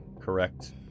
correct